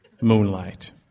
Moonlight